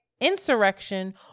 Insurrection